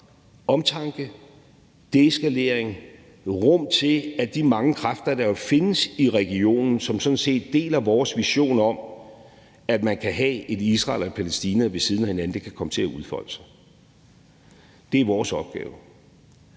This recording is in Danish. omtanke, deeskalering og rum til, at de mange kræfter, der jo findes i regionen, som sådan set deler vores vision om, at man kan have et Israel og Palæstina ved siden af hinanden, kan komme til at udfolde sig. Det er vores opgave.